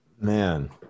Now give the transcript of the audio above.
man